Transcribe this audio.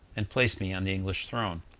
and place me on the english throne.